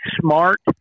smart